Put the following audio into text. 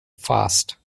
fast